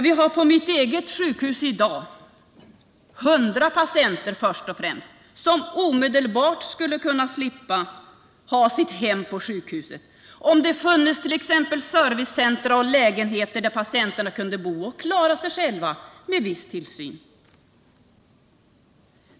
Vid mitt eget sjukhus har vi i dag till att börja med 100 patienter som omedelbart skulle kunna slippa ha sitt hem på sjukhuset om det bara funnes t.ex. servicecentra och lägenheter där de kunde bo och klara sig själva med viss tillsyn.